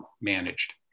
managed